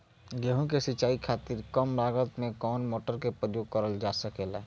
गेहूँ के सिचाई खातीर कम लागत मे कवन मोटर के प्रयोग करल जा सकेला?